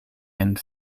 and